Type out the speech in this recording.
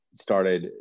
started